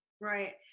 right